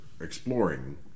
exploring